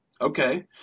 okay